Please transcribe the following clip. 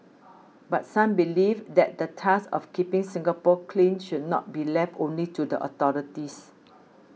but some believe that the task of keeping Singapore clean should not be left only to the authorities